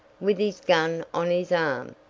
with his gun on his arm,